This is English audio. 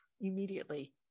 immediately